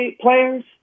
players